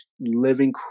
living